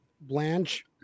Blanche